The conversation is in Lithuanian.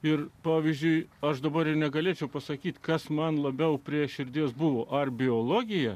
ir pavyzdžiui aš dabar negalėčiau pasakyti kas man labiau prie širdies buvo ar biologija